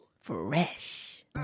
Fresh